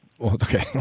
okay